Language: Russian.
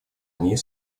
ней